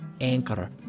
anchor